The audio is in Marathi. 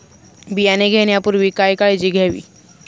बियाणे घेण्यापूर्वी काय काळजी घ्यावी?